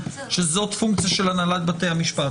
שזאת פונקציה של הנהלת בתי המשפט.